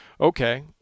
Okay